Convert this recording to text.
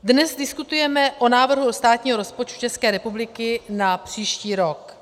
Dnes diskutujeme o návrhu státního rozpočtu České republiky na příští rok.